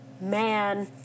Man